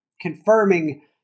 confirming